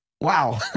wow